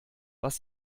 was